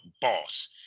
boss